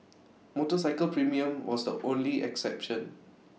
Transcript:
motorcycle premium was the only exception